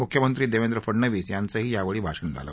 मुख्यमंत्री देवेंद्र फडनवीस यांचंही यावेळी भाषण झालं